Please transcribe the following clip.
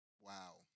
Wow